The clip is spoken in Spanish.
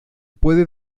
puede